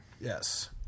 Yes